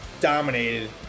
dominated